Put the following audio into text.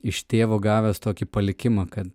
iš tėvo gavęs tokį palikimą kad